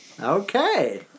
Okay